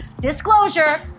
Disclosure